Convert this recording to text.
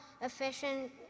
efficient